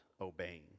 obeying